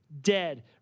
dead